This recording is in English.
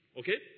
okay